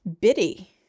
bitty